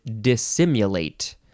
dissimulate